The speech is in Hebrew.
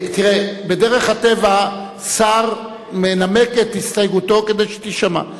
תראה, בדרך הטבע שר מנמק את הסתייגותו כדי שתישמע.